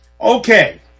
Okay